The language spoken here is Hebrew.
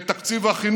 את תקציב החינוך,